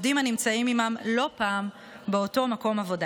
לזה של עובדים הנמצאים עימם לא פעם באותו מקום עבודה.